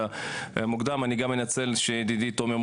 לא שבספטמבר אין, אין